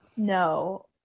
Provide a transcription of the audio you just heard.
No